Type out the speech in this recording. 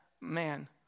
man